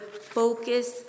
focus